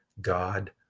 God